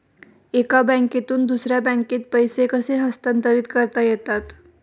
एका बँकेतून दुसऱ्या बँकेत पैसे कसे हस्तांतरित करता येतात?